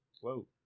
whoa